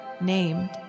named